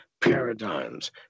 paradigms